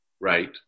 right